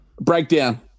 Breakdown